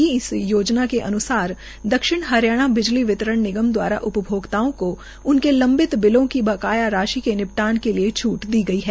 नई योजना के अन्सार दक्षिण हरियाणा बिजली वितरण निगम द्वारा उपभोक्ताओं को उनके लम्बित बिलों की बकाया राशि के निपटान के लिए छूट दी गई है